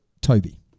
Toby